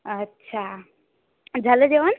अच्छा झालं जेवण